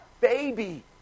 baby